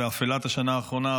באפלת השנה האחרונה,